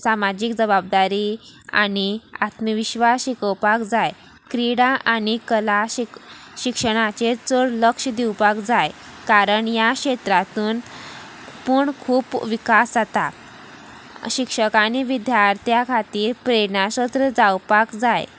सामाजीक जबाबदारी आनी आत्मविश्वास शिकोवपाक जाय क्रिडा आनी कला शिक्षणाचेर चड लक्ष दिवपाक जाय कारण ह्या क्षेत्रातून पूण खूब विकास जाता शिक्षकांनी विद्यार्थ्यां खातीर प्रेरणासत्र जावपाक जाय